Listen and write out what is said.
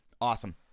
Awesome